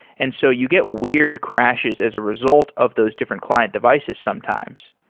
and so you get weird crashes as a result of those different client devices sometimes.